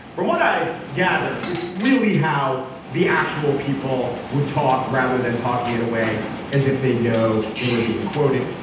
from what i gather, it's really how the actual people would talk rather than talking in a way as if they'd know they were being quoted.